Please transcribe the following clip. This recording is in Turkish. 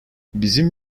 bizim